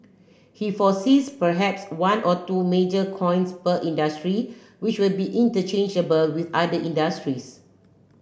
he foresees perhaps one or two major coins per industry which will be interchangeable with other industries